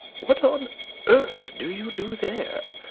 what on earth do you do there?